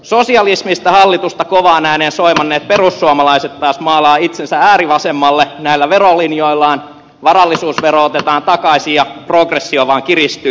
sosialismista hallitusta kovaan ääneen soimanneet perussuomalaiset taas maalaavat itsensä äärivasemmalle näillä verolinjoillaan varallisuusvero otetaan takaisin ja progressio vaan kiristyy